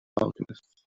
alchemists